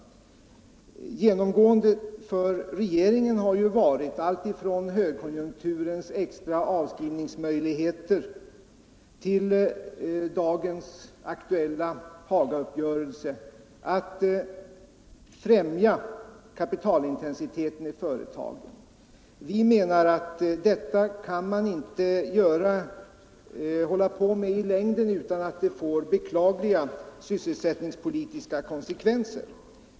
Genomgående för regeringen har varit, alltifrån högkonjunkturens extra avskrivningsmöjligheter till den aktuella s.k. Hagauppgörelsen, att främja kapitalintensiteten i företagen. Vi menar att detta kan man inte hålla på med i längden utan att det får beklagliga sysselsättningspolitiska konsekvenser.